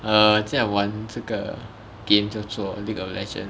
err 在玩这个 game 叫做 league of legends